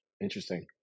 interesting